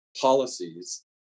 policies